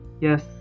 yes